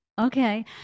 okay